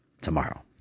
tomorrow